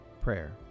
Prayer